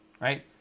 right